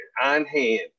on-hand